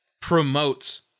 promotes